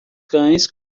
cães